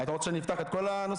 אתה רוצה שנפתח את כל הנושא?